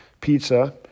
pizza